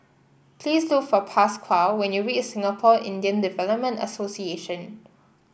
please look for Pasquale when you reach Singapore Indian Development Association